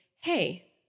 hey